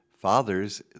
fathers